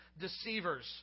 deceivers